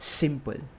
simple